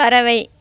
பறவை